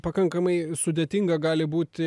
pakankamai sudėtinga gali būti